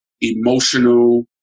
emotional